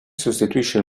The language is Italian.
sostituisce